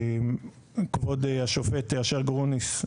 כבוד השופט אשר גרוניס,